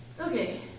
Okay